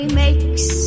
makes